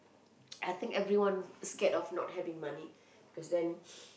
I think everyone scared of not having money cause then